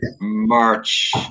March